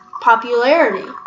popularity